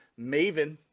Maven